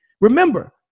Remember